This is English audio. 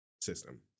system